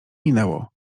minęło